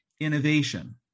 innovation